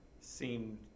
seemed